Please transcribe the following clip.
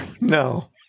no